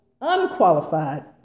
unqualified